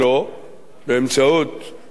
באמצעות הצעת חוק,